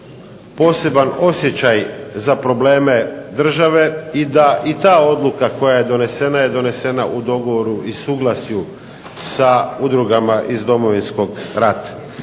poseban osjećaj za probleme države i da i ta odluka koja je donesena je donesena u dogovoru i suglasju sa udrugama iz Domovinskog rata.